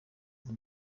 muri